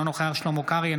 אינו נוכח שלמה קרעי,